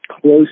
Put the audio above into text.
close